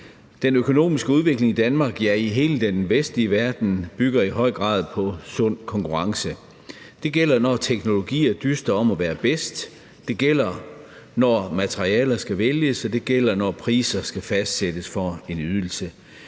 Den økonomiske udvikling i Danmark, ja, i hele den vestlige verden, bygger i høj grad på sund konkurrence. Det gælder, når teknologier dyster om at være bedst, det gælder, når materialer skal vælges, og det gælder, når priser skal fastsættes for en ydelse.